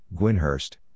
Gwynhurst